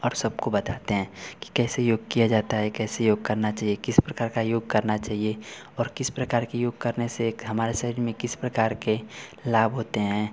और सबको बताते हैं कि कैसे योग किया जाता है कैसे योग करना चहिए किस प्रकार का योग करना चाहिए और किस प्रकार के योग करने से हमारे शरीर में किस प्रकार के लाभ होते हैं